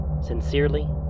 Sincerely